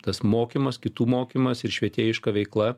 tas mokymas kitų mokymas ir švietėjiška veikla